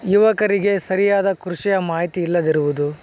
ಯುವಕರಿಗೆ ಸರಿಯಾದ ಕೃಷಿಯ ಮಾಹಿತಿ ಇಲ್ಲದಿರುವುದು